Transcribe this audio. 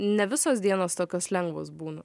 ne visos dienos tokios lengvos būna